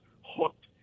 hooked